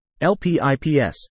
LPIPS